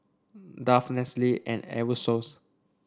Dove Nestle and Aerosoles